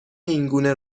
اینگونه